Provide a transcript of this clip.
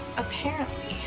apparently,